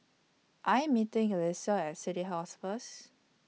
I Am meeting Alysia At City House First